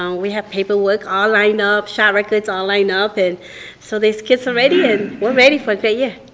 um we have paper work all lined up, shot records all lined up and so those kids are ready and we're ready for the year.